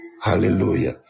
Hallelujah